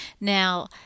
Now